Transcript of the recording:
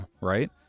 right